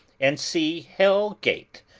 and see hell gate,